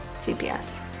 CPS